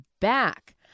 back